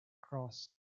crossed